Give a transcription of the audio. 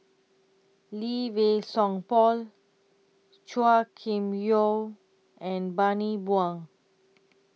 Lee Wei Song Paul Chua Kim Yeow and Bani Buang